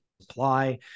supply